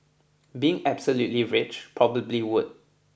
being absolutely rich probably would